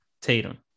Tatum